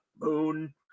Moon